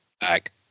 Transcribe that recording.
back